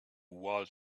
while